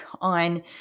on